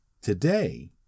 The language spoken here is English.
Today